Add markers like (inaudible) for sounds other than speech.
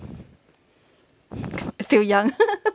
still young (laughs)